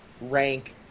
rank